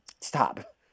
Stop